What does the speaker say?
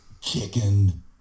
Chicken